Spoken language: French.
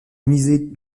musée